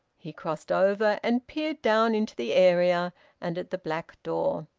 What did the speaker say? he crossed over and peered down into the area and at the black door.